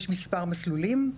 יש מספר מסלולים,